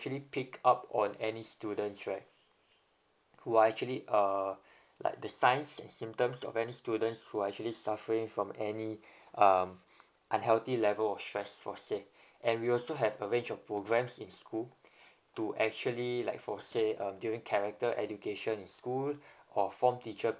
actually picked up on any students right who are actually err like the signs and symptoms of any students who are actually suffering from any um unhealthy level of stress for say and we also have a range of programs in school to actually like for say um during character education in school or form teacher